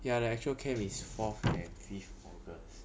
ya the actual camp is fourth and fifth august